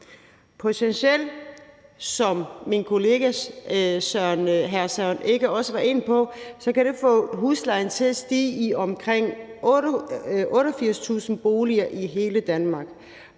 Potentielt, som min kollega hr. Søren Egge Rasmussen også var inde på, kan det få huslejen til at stige i omkring 88.000 boliger i hele Danmark,